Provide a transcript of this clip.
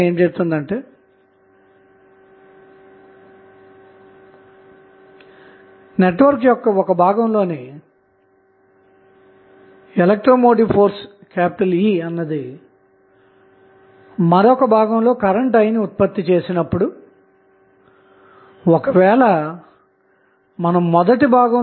అందులో భాగంగా నెట్వర్క్ యొక్క ఇన్పుట్ రెసిస్టెన్స్ అన్నది లోడ్ రెసిస్టెన్స్ విలువ కు సమానమైనప్పుడు గరిష్టమైన పవర్ బదిలీ జరుగుతుంది అని చెప్పుకోవటం జరిగింది